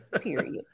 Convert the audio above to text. period